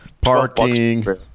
parking